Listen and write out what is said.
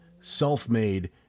self-made